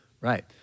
Right